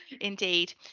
indeed